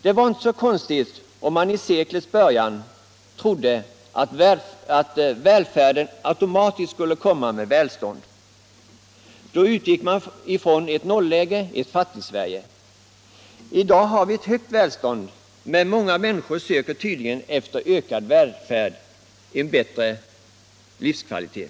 Det var inte så konstigt, om man i seklets början trodde att välfärden automatiskt skulle komma med välståndet — man utgick då från ett nolläge, från ett Fattigsverige. I dag har vi ett högt välstånd, men många människor söker tydligen efter ökad välfärd — en bättre livskvalitet.